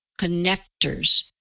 connectors